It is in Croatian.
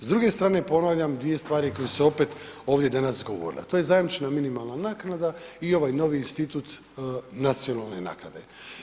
S druge strane ponavljam, dvije stvari koje su se opet ovdje danas govorile, a to je zajamčena minimalna naknada i ovaj novi institut nacionalne naknade.